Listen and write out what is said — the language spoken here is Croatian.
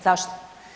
Zašto?